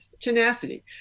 tenacity